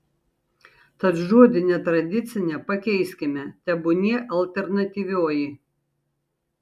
tad žodį netradicinė pakeiskime tebūnie alternatyvioji